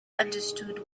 understood